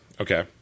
Okay